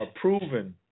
proven